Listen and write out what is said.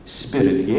spirit